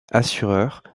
assureur